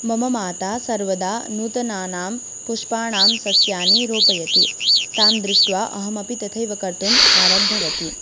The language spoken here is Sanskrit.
मम माता सर्वदा नूतनानां पुष्पाणां सस्यानि रोपयति तां दृष्ट्वा अहमपि तथैव कर्तुम् आरब्धवती